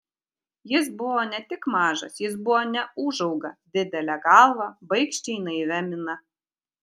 jis buvo ne tik mažas jis buvo neūžauga didele galva baikščiai naivia mina